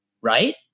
right